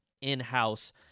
in-house